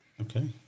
Okay